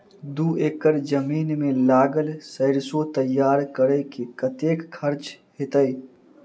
दू एकड़ जमीन मे लागल सैरसो तैयार करै मे कतेक खर्च हेतै?